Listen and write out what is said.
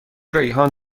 ریحان